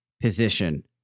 position